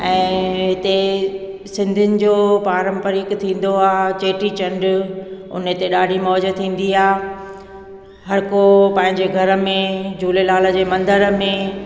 ऐं हिते सिंधियुनि जो पारंपरिक थींदो आहे चेटी चंड उन ते ॾाढी मौजु थींदी आहे हर को पंहिंजे घर में झूलेलाल मंदर में